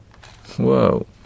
Whoa